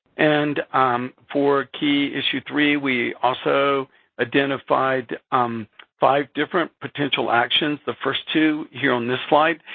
and for key issue three, we also identified um five different potential actions. the first two here on this slide.